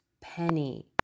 penny